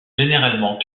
généralement